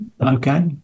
Okay